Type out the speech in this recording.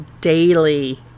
daily